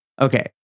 Okay